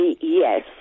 yes